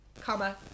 comma